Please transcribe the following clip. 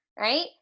right